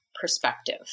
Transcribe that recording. perspective